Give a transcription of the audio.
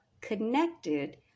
Connected